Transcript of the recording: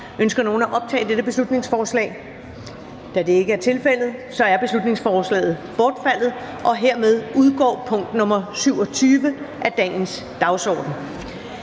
Ønsker nogen at optage dette beslutningsforslag? Da det ikke er tilfældet, er beslutningsforslaget bortfaldet, og dermed udgår punkt nr. 27 af dagens dagsorden.